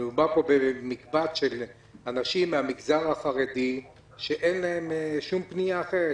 מדובר פה במקבץ של אנשים מהמגזר החרדי שאין להם שום פנייה אחרת.